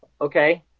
okay